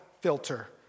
filter